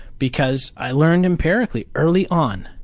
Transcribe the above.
because i learned, apparently, early on,